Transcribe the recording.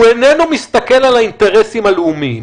הוא איננו מסתכל על האינטרסים הלאומיים.